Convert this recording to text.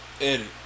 Edit